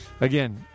Again